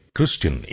Christian